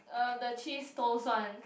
uh the cheese toast one